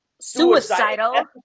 suicidal